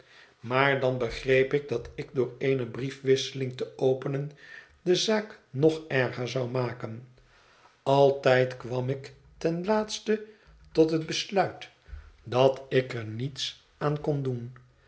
maar dan begreep ik dat ik door eene briefwisseling te openen de zaak nog erger zou maken altijd kwam ik ten laatste tot het besluit dat ik er niets aan kon doen